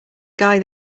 guy